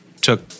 took